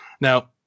now